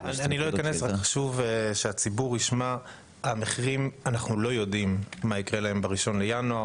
חשוב שהציבור ישמע שאנחנו לא יודעים מה יקרה למחירים ב-1 בינואר.